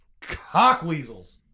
cockweasels